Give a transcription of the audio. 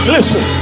Listen